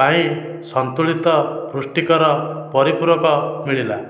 ପାଇଁ ସନ୍ତୁଳିତ ପୁଷ୍ଟିକର ପରିପୂରକ ମିଳିଲା